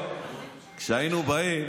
כשהיינו באים,